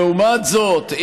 לעומת זאת,